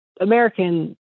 american